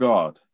God